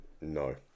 No